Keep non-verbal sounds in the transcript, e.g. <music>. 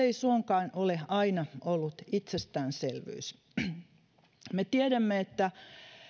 <unintelligible> ei suinkaan ole aina ollut itsestäänselvyys me tiedämme että